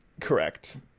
Correct